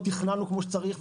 לא תכננו כמו שצריך,